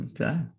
okay